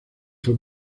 fue